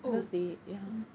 oh mm